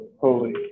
Holy